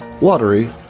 watery